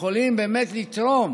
שיכולים באמת לתרום